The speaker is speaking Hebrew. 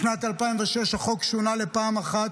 בשנת 2006 החוק שונה לפעם אחת,